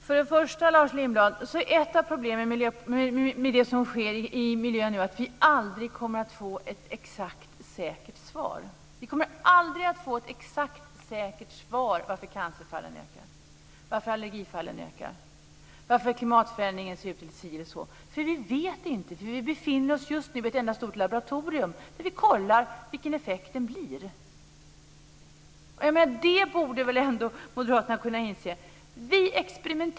Herr talman! Ett av problemen med det som nu sker i miljön är att vi aldrig kommer att få ett exakt och säkert svar, Lars Lindblad. Vi kommer aldrig att få ett exakt och säkert svar på varför cancerfallen och allergifallen ökar och varför klimatförändringen ser ut si eller så. Vi vet inte det. Vi befinner oss just nu i ett enda stort laboratorium där vi kollar vilken effekten blir. Det borde väl ändå Moderaterna kunna inse.